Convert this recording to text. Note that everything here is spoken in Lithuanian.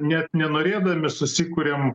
net nenorėdami susikuriam